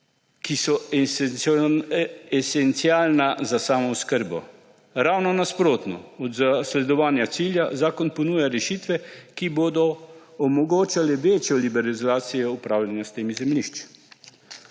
ki so esencialna za samooskrbo. Ravno nasprotno, od zasledovanja cilja zakon ponuja rešitve, ki bodo omogočale večjo liberalizacijo upravljanja s temi zemljišči.